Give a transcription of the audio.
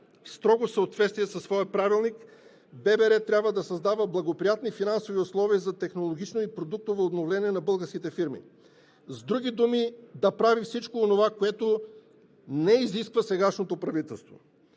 строго съответствие със своя правилник Българската банка за развитие трябва да създава благоприятни финансови условия за технологично и продуктово обновление на българските фирми. С други думи, да прави всичко онова, което не изисква сегашното правителство.